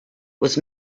was